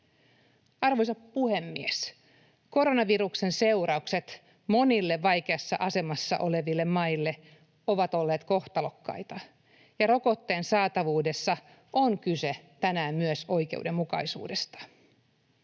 Arvoisa puhemies! Koronaviruksen seuraukset monille vaikeassa asemassa oleville maille ovat olleet kohtalokkaita, ja rokotteen saatavuudessa on kyse tänään myös oikeudenmukaisuudesta.